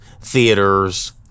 theaters